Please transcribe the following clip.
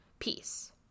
peace